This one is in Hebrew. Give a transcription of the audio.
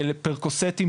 לפרקוסטים,